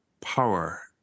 power